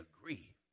agree